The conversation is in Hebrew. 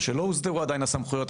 או שלא הוסדרו עדיין הסמכויות,